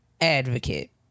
advocate